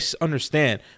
understand